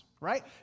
right